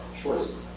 choice